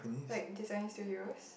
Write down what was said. like design studios